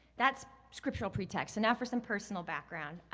that's scriptural pretext. and now for some personal background.